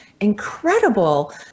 incredible